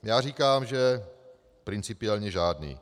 Já říkám, že principiálně žádný.